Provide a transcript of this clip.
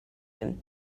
him